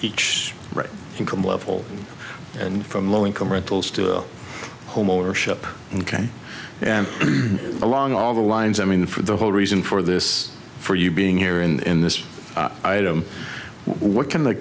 each income level and from low income rentals to homeownership ok and along all the lines i mean for the whole reason for this for you being here in this item what can the